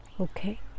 Okay